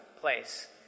place